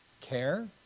care